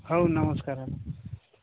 ହଉ ନମସ୍କାର